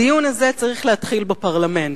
הדיון הזה צריך להתחיל בפרלמנט,